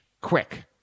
quick